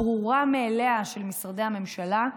הברורה-מאליה, של משרדי הממשלה.